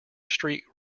street